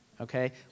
okay